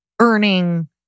earning